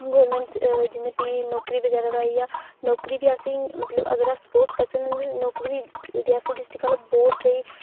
government जि'यां भी नौकरी बगैरा दा आइया नौकरी भी असेंगी अगर अस स्पोर्टस पर्स न नौकरी बी रियासी डिस्ट्रिक्ट आह्ले बहुत स्हेई